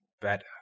better